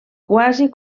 quasi